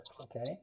Okay